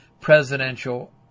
presidential